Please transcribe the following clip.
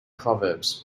proverbs